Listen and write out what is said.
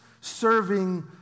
serving